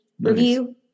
review